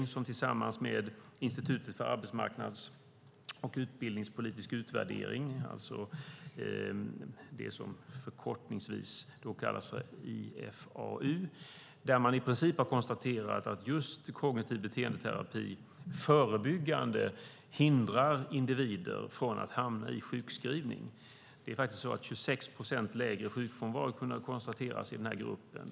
ISF har tillsammans med IFAU, Institutet för arbetsmarknads och utbildningspolitisk utvärdering, konstaterat att just kognitiv beteendeterapi förebyggande hindrar individer från att hamna i sjukskrivning. Man har faktiskt kunnat konstatera 26 procent lägre sjukfrånvaro i denna grupp.